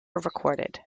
recorded